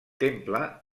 temple